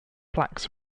plaques